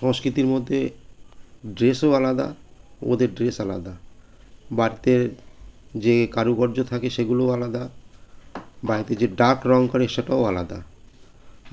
সংস্কৃতির মধ্যে ড্রেসও আলাদা ওদের ড্রেস আলাদা বাড়িতে যে কারুকার্য থাকে সেগুলোও আলাদা বাড়িতে যে ডার্ক রঙ করে সেটাও আলাদা